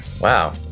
wow